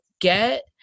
get